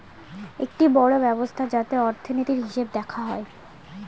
একটি বড়ো ব্যবস্থা যাতে অর্থনীতির, হিসেব দেখা হয়